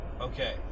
Okay